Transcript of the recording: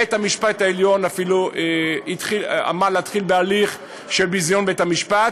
בית-המשפט העליון אפילו אמר להתחיל בהליך של ביזיון בית-המשפט.